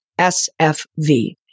SFV